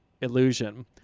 illusion